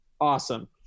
awesome